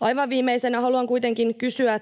Aivan viimeisenä haluan kuitenkin kysyä,